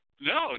no